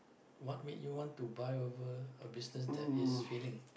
what make you want to buy over a business that is failing